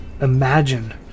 imagine